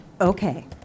Okay